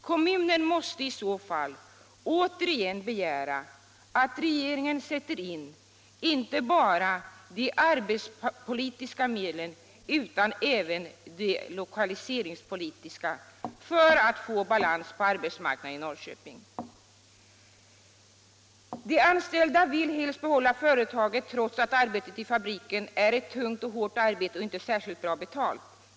Kommunen måste i så fall återigen begära att regeringen sätter in inte bara de arbetsmarknadspolitiska medlen utan även de lokaliseringspolitiska för att få balans på arbetsmarknaden i Norrköping. 13 De anställda vill helst behålla företaget, trots att arbetet i fabriken är tungt och hårt och inte särskilt bra betalt.